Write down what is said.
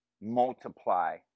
multiply